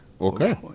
Okay